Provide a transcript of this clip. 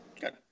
Good